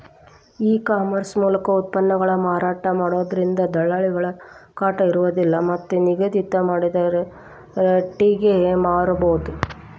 ಈ ಕಾಮರ್ಸ್ ಮೂಲಕ ಉತ್ಪನ್ನಗಳನ್ನ ಮಾರಾಟ ಮಾಡೋದ್ರಿಂದ ದಲ್ಲಾಳಿಗಳ ಕಾಟ ಇರೋದಿಲ್ಲ ಮತ್ತ್ ನಿಗದಿ ಮಾಡಿದ ರಟೇಗೆ ಮಾರಬೋದು